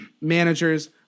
managers